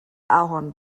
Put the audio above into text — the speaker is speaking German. ahorn